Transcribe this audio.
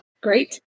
Great